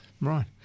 Right